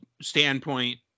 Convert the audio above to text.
standpoint